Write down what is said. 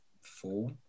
four